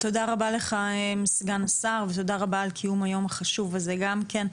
תודה רבה לך סגן השר ותודה רבה על קיום היום החשוב הזה גם כן.